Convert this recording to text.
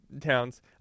towns